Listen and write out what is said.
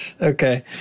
Okay